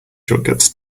shortcuts